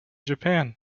japan